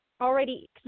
already